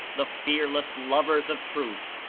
the fearless lovers of truth,